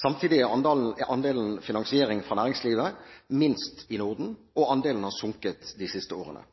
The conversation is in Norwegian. Samtidig er andelen finansiering fra næringslivet minst i Norden, og andelen har sunket de siste årene.